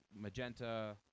magenta